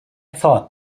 thought